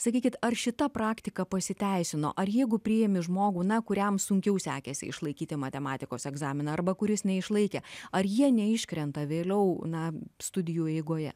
sakykit ar šita praktika pasiteisino ar jeigu priimi žmogų kuriam sunkiau sekėsi išlaikyti matematikos egzaminą arba kuris neišlaikė ar jie neiškrenta vėliau na studijų eigoje